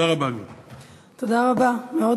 זה כל מה שאנחנו דואגים.